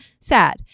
sad